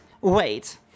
Wait